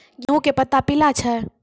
गेहूँ के पत्ता पीला छै?